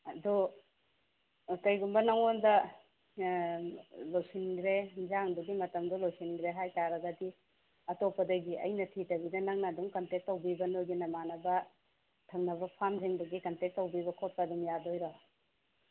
ꯑꯗꯣ ꯀꯩꯒꯨꯝꯕ ꯅꯪꯉꯣꯟꯗ ꯂꯣꯏꯁꯤꯟꯒꯈ꯭ꯔꯦ ꯑꯦꯟꯁꯥꯡꯗꯨꯒꯤ ꯃꯇꯝꯗꯣ ꯂꯣꯏꯁꯤꯟꯈ꯭ꯔꯦ ꯍꯥꯏꯇꯥꯔꯒꯗꯤ ꯑꯇꯣꯞꯄꯗꯒꯤ ꯑꯩꯅ ꯊꯤꯗꯕꯤꯗ ꯅꯪꯅ ꯑꯗꯨꯝ ꯀꯟꯇꯦꯛ ꯇꯧꯕꯤꯔꯒ ꯅꯣꯏꯒꯤ ꯅꯃꯥꯟꯅꯕ ꯊꯪꯅꯕ ꯐꯥꯝꯁꯤꯡꯗꯒꯤ ꯀꯟꯇꯦꯛ ꯇꯧꯕꯤꯕ ꯈꯣꯠꯄ ꯑꯗꯨꯝ ꯌꯥꯗꯣꯏꯔꯣ